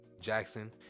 Jackson